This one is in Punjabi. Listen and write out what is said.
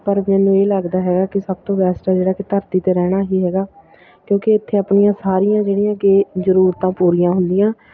ਪਰ ਮੈਨੂੰ ਇਹ ਲੱਗਦਾ ਹੈਗਾ ਕਿ ਸਭ ਤੋਂ ਬੈਸਟ ਹੈ ਜਿਹੜਾ ਕਿ ਧਰਤੀ 'ਤੇ ਰਹਿਣਾ ਹੀ ਹੈਗਾ ਕਿਉਂਕਿ ਇੱਥੇ ਆਪਣੀਆਂ ਸਾਰੀਆਂ ਜਿਹੜੀਆਂ ਕਿ ਜ਼ਰੂਰਤਾਂ ਪੂਰੀਆਂ ਹੁੰਦੀਆਂ